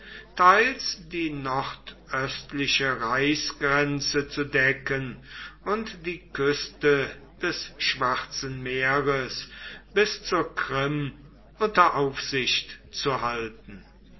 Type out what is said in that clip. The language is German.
teils die nordöstliche reichsgrenze zu decken und die küste des schwarzen meeres bis zur krim unter aufsicht zu halten